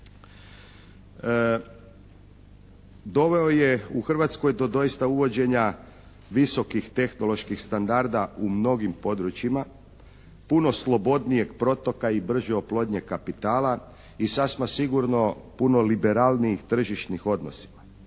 doveo je u Hrvatskoj do doista uvođenja visokih tehnoloških standarda u mnogim područjima, puno slobodnijeg protoka i brže oplodnje kapitala i sasma sigurno puno liberalnijih tržišnim odnosima.